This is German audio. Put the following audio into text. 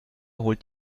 holt